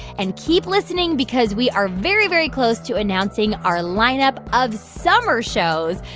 and keep listening because we are very, very close to announcing our lineup of summer shows,